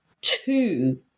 two